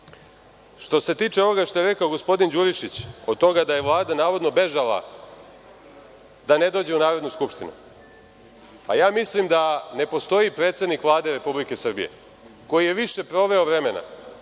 se tiče onoga što je rekao gospodin Đurišić, od toga da je Vlada navodno bežala da ne dođe u Narodnu skupštinu, mislim da ne postoji predsednik Vlade Republike Srbije koji je više proveo vremena